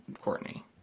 Courtney